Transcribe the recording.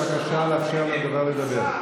בבקשה לאפשר לדובר לדבר.